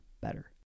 better